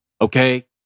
okay